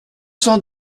cent